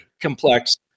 complex